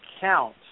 count